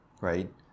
right